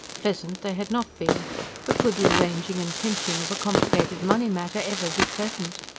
pleasant they had not been but could the arranging and clinching of a complicated money-matter ever be pleasant?